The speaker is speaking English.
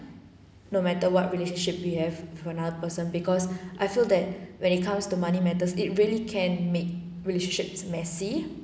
no matter what relationship we have for another person because I feel that when it comes to money matters it really can make relationships messy